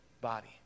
body